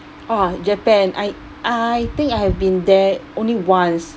oh !wah! japan I I think I have been there only once